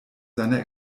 seiner